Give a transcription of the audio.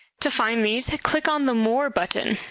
to find these, click on the more. button.